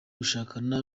gushakana